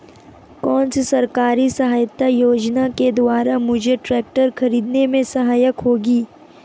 कौनसी सरकारी सहायता योजना के द्वारा मुझे ट्रैक्टर खरीदने में सहायक होगी?